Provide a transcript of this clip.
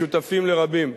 משותפים לרבים.